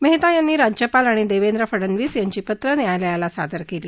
मेहता यांनी राज्यपाल आणि देवेंद्र फडनवीस यांची पत्रं न्यायालयाला सादर केली